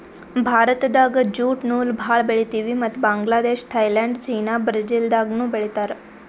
ಭಾರತ್ದಾಗ್ ಜ್ಯೂಟ್ ನೂಲ್ ಭಾಳ್ ಬೆಳಿತೀವಿ ಮತ್ತ್ ಬಾಂಗ್ಲಾದೇಶ್ ಥೈಲ್ಯಾಂಡ್ ಚೀನಾ ಬ್ರೆಜಿಲ್ದಾಗನೂ ಬೆಳೀತಾರ್